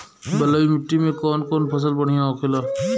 बलुई मिट्टी में कौन कौन फसल बढ़ियां होखेला?